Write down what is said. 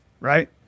Right